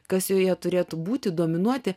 kas joje turėtų būti dominuoti